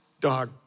dog